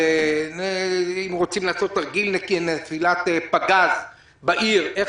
אם רוצים לעשות תרגיל של נפילת פגז בעיר איך